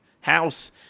house